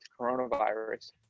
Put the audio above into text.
coronavirus